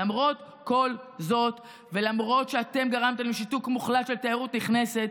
למרות כל זאת ולמרות שאתם גרמתם לשיתוק מוחלט של תיירות נכנסת,